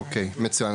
אוקיי, מצוין.